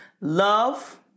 love